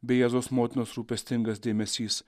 bei jėzaus motinos rūpestingas dėmesys